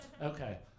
Okay